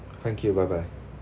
thank you bye bye